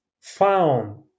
found